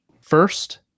first